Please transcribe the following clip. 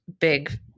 big